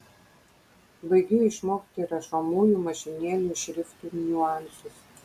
baigiu išmokti rašomųjų mašinėlių šriftų niuansus